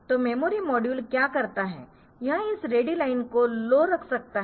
तो memory module क्या कर सकता है यह इस रेडी लाइन को लो रख सकता है